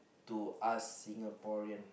to us Singaporean